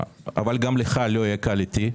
אבל גם לך לא יהיה קל איתי.